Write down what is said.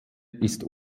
ist